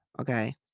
okay